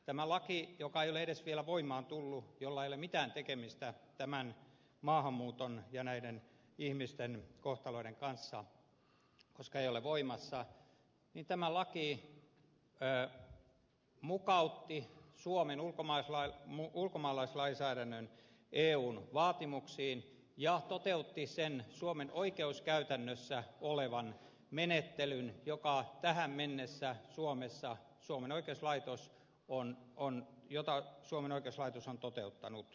tämä laki joka ei ole edes vielä tullut voimaan ja jolla ei ole mitään tekemistä tämän maahanmuuton ja näiden ihmisten kohtaloiden kanssa koska se ei ole voimassa mukautti suomen ulkomaalaislainsäädännön eun vaatimuksiin ja toteutti sen suomen oikeuskäytännössä olevan menettelyn jota tähän mennessä suomessa suomen oikeuslaitos on on jotain suomen oikeuslaitos on toteuttanut